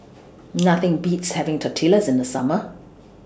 Nothing Beats having Tortillas in The Summer